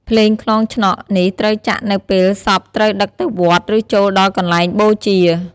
ភ្លេងខ្លងឆ្នក់ នេះត្រូវចាក់នៅពេលសពត្រូវដឹកទៅវត្ត ឬចូលដល់កន្លែងបូជា ។